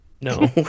No